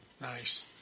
Nice